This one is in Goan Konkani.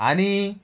आनी